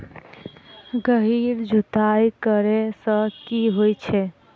गहिर जुताई करैय सँ की होइ छै?